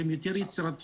שהם יותר יצירתיים,